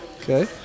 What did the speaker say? Okay